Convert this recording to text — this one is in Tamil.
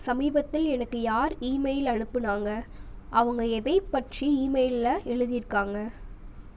சமீபத்தில் எனக்கு யார் இமெயில் அனுப்பினாங்க அவங்க எதை பற்றி இமெயிலில் எழுதியிருக்காங்க